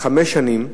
בחמש שנים,